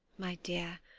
my dear,